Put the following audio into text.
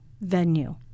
venue